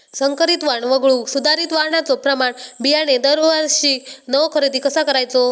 संकरित वाण वगळुक सुधारित वाणाचो प्रमाण बियाणे दरवर्षीक नवो खरेदी कसा करायचो?